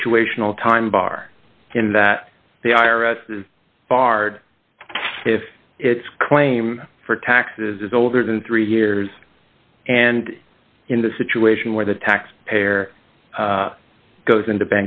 situational time bar in that the i r s is barred if its claim for taxes is older than three years and in the situation where the tax payer goes into